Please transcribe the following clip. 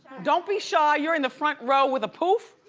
don't be shy, you're in the front row with a pouf.